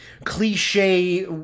cliche